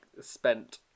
spent